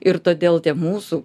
ir todėl tie mūsų